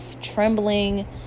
trembling